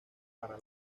para